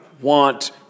want